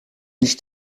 nicht